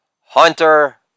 Hunter